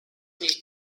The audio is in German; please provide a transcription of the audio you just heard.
nicht